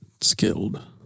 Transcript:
skilled